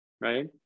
Right